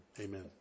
amen